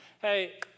Hey